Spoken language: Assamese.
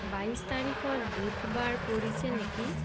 বাইছ তাৰিখত বুধবাৰ পৰিছে নেকি